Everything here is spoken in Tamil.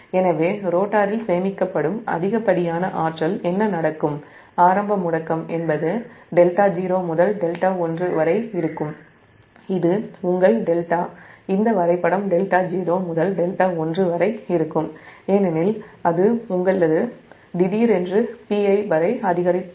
எனவே ரோட்டரில் சேமிக்கப்படும் அதிகப்படியான ஆரம்ப ஆற்றல் முடுக்கம் என்ன நடக்கும் என்பது δ0 முதல் δ1 வரை இருக்கும் இது உங்கள் δ இந்த வரைபடம் δ0 முதல் δ1 வரை இருக்கும் ஏனெனில் அது திடீரென்று Pi வரை அதிகரித்தது